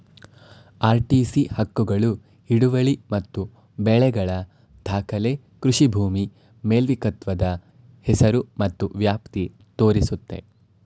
RTC ಹಕ್ಕುಗಳು ಹಿಡುವಳಿ ಮತ್ತು ಬೆಳೆಗಳ ದಾಖಲೆ ಕೃಷಿ ಭೂಮಿ ಮಾಲೀಕತ್ವದ ಹೆಸರು ಮತ್ತು ವ್ಯಾಪ್ತಿ ತೋರಿಸುತ್ತೆ